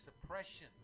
suppression